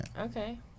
Okay